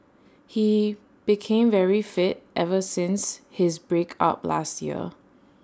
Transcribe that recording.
he became very fit ever since his break up last year